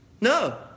No